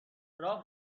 راه